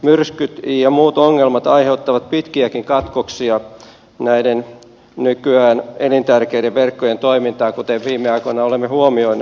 myrskyt ja muut ongelmat aiheuttavat pitkiäkin katkoksia näiden nykyään elintärkeiden verkkojen toimintaan kuten viime aikoina olemme huomanneet